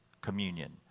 Communion